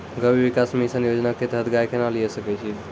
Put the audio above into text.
गव्य विकास मिसन योजना के तहत गाय केना लिये सकय छियै?